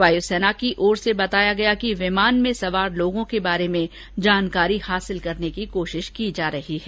वायुसेना की ओर से बताया गया कि विमान में सवार लोगों के बारे में जानकारी हासिल करने की कोशिश की जा रही है